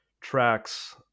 tracks